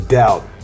doubt